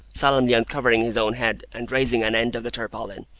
solemnly uncovering his own head, and raising an end of the tarpaulin,